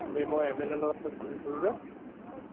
আমি মই M L A ৰ লগত ঘূৰি ফুৰোঁ যে